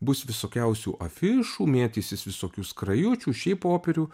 bus visokiausių afišų mėtysis visokių skrajučių šiaip popierių